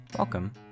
Welcome